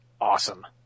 awesome